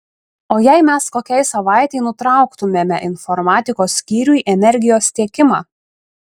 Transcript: o jei mes kokiai savaitei nutrauktumėme informatikos skyriui energijos tiekimą